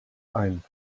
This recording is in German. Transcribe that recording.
ein